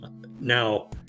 Now